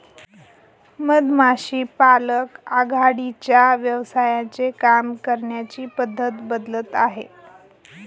मधमाशी पालक आघाडीच्या व्यवसायांचे काम करण्याची पद्धत बदलत आहे